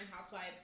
housewives